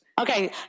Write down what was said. Okay